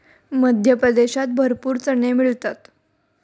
मध्य प्रदेशात भरपूर चणे मिळतात